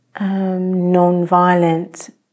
non-violent